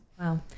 Wow